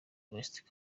western